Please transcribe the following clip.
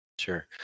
Sure